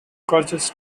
gorges